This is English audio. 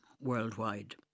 worldwide